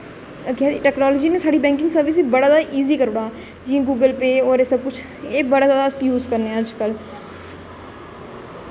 केह् आखदे टेक्नोलाॅजी ने साढ़ी बैंकिंग सर्विस गी बड़ा जादा इजी करी ओड़े दा जि'यां गूगल पे होर सब कुछ एह बड़ा जादा अस यूज करने आं अज्ज कल